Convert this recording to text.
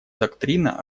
доктрина